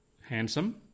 handsome